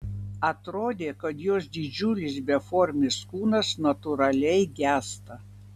atrodė kad jos didžiulis beformis kūnas natūraliai gęsta